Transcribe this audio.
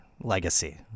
legacy